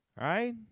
Right